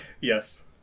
Yes